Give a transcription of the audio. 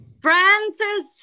francis